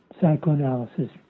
psychoanalysis